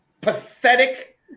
pathetic